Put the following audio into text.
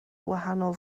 wahanol